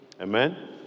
Amen